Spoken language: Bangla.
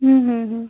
হুম হুম হুম